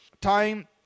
time